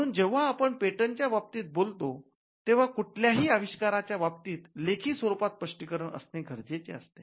म्हणुन जेंव्हा आपण पेटंटच्या बाबतीत बोलतो तेव्हा कुठल्याही आविष्काराच्या बाबतीत लेखी स्वरुपात स्पष्टीकरण असणे गरजेचे असते